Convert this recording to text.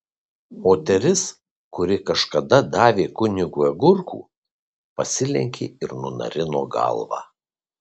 moteris kuri kažkada davė kunigui agurkų pasilenkė ir nunarino galvą